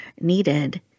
needed